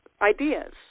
ideas